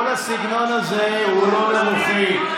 כל הסגנון הזה הוא לא לרוחי.